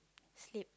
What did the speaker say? sleep